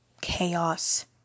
chaos